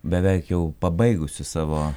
beveik jau pabaigusi savo